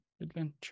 adventure